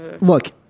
look